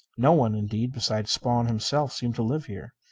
no one, indeed, beside spawn himself seemed to live here.